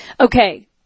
Okay